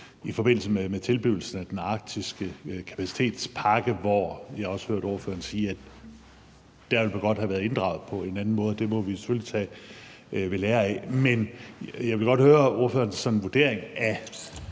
i forbindelse med tilblivelsen af den arktiske kapacitetspakke, hvor jeg også hørte ordføreren sige, at man der gerne ville have været inddraget på en anden måde, og det må vi selvfølgelig tage ved lære af. Men jeg vil gerne høre ordførerens vurdering af